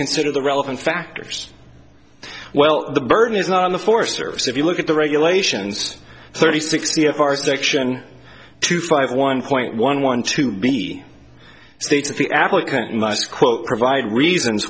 consider the relevant factors well the burden is not on the forest service if you look at the regulations thirty six b of our section two five one point one one to me states that the applicant must quote provide reasons